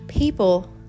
People